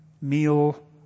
Meal